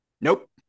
Nope